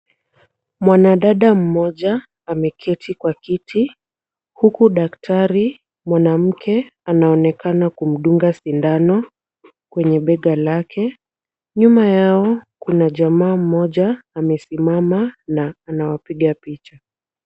Mwanadada mmoja ameketi kwa kiti huku daktari mwanamke anaonekana kumdunga shindano kwenye bega lake, nyuma yao kuna jamaa mmoja amesimama na anawapiga picha.